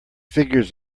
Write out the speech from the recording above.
figures